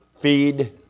feed